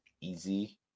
easy